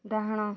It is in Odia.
ଡାହାଣ